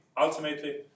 ultimately